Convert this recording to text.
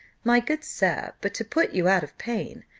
my good sir but to put you out of pain,